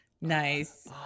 Nice